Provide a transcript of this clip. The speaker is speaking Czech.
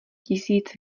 tisíc